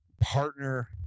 partner